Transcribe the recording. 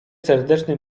serdecznym